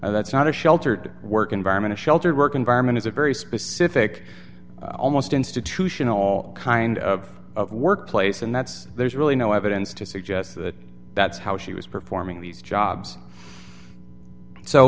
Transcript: that's not a sheltered work environment a sheltered work environment is a very specific almost institutional kind of workplace and that's there's really no evidence to suggest that that's how she was performing these jobs so